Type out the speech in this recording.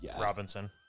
Robinson